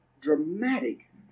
dramatic